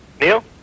Neil